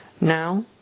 Now